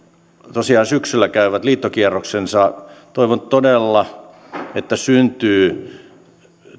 tosiaan syksyllä käyvät liittokierroksensa toivon todella että syntyy